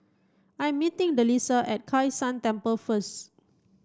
I am meeting Delisa at Kai San Temple first